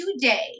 today